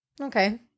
okay